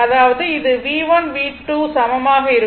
அதாவது இது V1 V2 சமமாக இருக்கும்